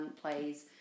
plays